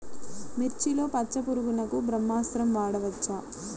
మిర్చిలో పచ్చ పురుగునకు బ్రహ్మాస్త్రం వాడవచ్చా?